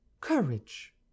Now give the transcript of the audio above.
courage